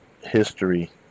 history